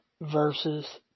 versus